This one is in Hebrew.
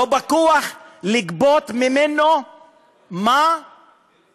לא לגבות ממנו בכוח מה